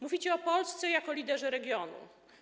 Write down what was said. Mówicie o Polsce jako liderze regionu.